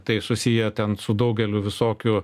tai susiję ten su daugeliu visokių